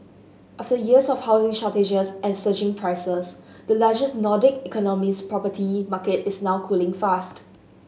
after years of housing shortages and surging prices the largest Nordic economy's property market is now cooling fast